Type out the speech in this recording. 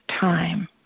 time